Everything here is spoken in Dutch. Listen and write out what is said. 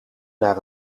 naar